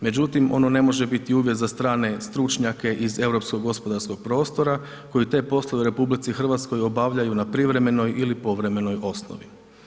Međutim ono ne može biti uvjet za strane stručnjake iz europskog gospodarskog prostora koji te poslove u RH obavljaju na privremenoj ili povremenoj osnovi.